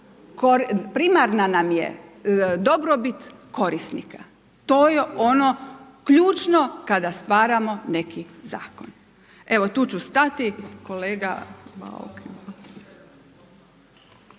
primarna nam je dobrobit korisnika. To je ono ključno kada stvaramo neki zakon. Evo, tu ću stati. Kolega Bauk.